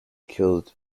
killed